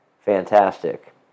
fantastic